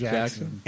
Jackson